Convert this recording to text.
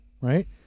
right